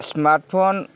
smartphone